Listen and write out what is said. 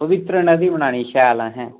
पवित्तर नदी बनानी शैल असें